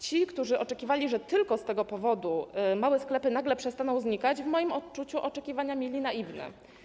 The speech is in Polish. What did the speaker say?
Ci, którzy oczekiwali, że tylko z tego powodu małe sklepy nagle przestaną znikać, w moim odczuciu oczekiwania mieli naiwne.